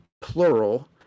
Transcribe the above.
plural